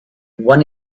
one